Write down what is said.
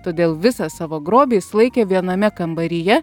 todėl visą savo grobį jis laikė viename kambaryje